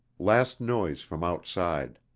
last noise from outside.